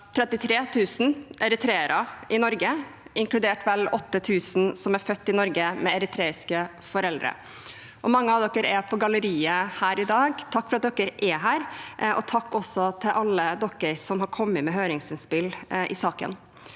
33 000 eritreere i Norge, inkludert vel 8 000 som er født i Norge med eritreiske foreldre. Mange av dere er på galleriet i dag – takk for at dere er her, og takk til alle dere som har kommet med høringsinnspill i saken.